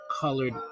colored